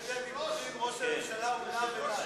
הוא נד ונע.